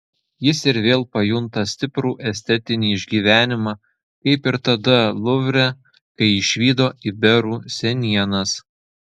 jis ir vėl pajunta stiprų estetinį išgyvenimą kaip ir tada luvre kai išvydo iberų senienas